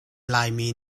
laimi